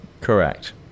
Correct